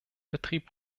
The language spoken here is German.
betrieb